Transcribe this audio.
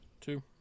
two